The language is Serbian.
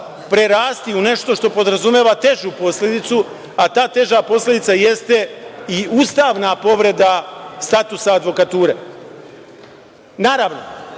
prerasti u nešto, što podrazumeva težu posledicu, a ta teža posledica jeste i ustavna povreda statusa advokature. Naravno,